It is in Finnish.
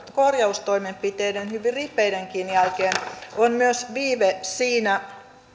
korjaustoimenpiteiden hyvin ripeidenkin jälkeen on myös viive siinä